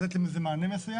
לתת להם איזה מענה מסוים.